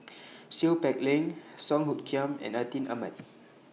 Seow Peck Leng Song Hoot Kiam and Atin Amat